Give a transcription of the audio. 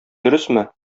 дөресме